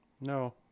No